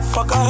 Fuck